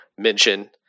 Mention